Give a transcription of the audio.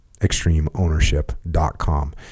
extremeownership.com